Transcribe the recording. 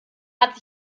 hat